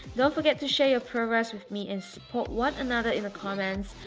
don't forget to share your progress with me and support one another in the comments!